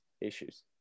issues